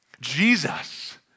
Jesus